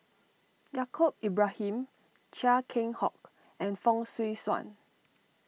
Yaacob Ibrahim Chia Keng Hock and Fong Swee Suan